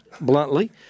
bluntly